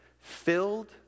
filled